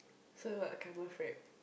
so what caramel frappe